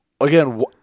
again